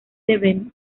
seven